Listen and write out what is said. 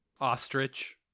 Ostrich